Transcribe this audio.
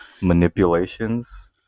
manipulations